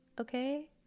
okay